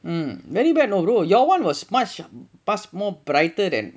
mmhmm very bad you know brother your [one] was much more brighter than